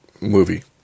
movie